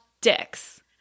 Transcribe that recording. dicks